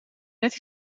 net